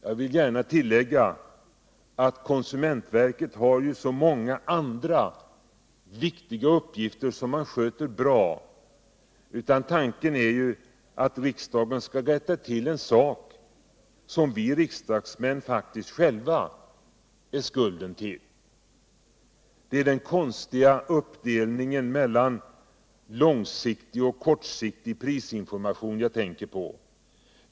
Jag vill tillägga att konsumentverket har många andra viktiga uppgifter som man sköter bra. Tanken är i stället att riksdagen skall rätta till en sak som vi riksdagsmän faktiskt själva har skulden till. Det är den konstiga uppdelningen mellan långsiktig och kortsiktig prisinformation jag tänker på.